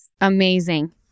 Amazing